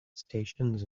stations